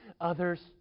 others